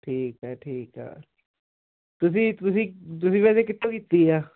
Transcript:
ਠੀਕ ਹੈ ਠੀਕ ਤੁਸੀਂ ਤੁਸੀਂ ਤੁਸੀਂ ਵੈਸੇ ਕਿੱਥੋਂ ਕੀਤੀ ਆ